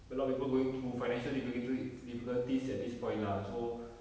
a lot of people going through financial difficulti~ difficulties at this point lah so